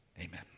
Amen